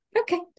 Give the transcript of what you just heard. okay